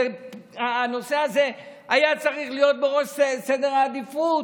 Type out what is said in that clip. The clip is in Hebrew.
הנושא הזה היה צריך להיות בראש סדר העדיפויות,